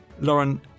Lauren